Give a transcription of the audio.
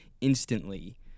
instantly